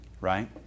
Right